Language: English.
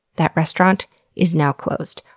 that restaurant is now closed.